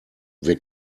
wir